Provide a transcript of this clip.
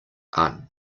aunt